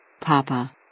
Papa